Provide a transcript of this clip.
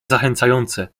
zachęcające